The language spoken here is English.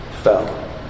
fell